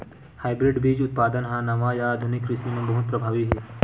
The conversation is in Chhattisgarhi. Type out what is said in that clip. हाइब्रिड बीज उत्पादन हा नवा या आधुनिक कृषि मा बहुत प्रभावी हे